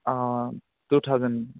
অঁ two thousand